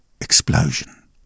explosion